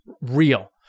real